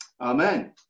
Amen